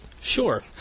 Sure